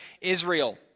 Israel